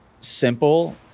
simple